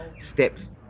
steps